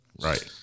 Right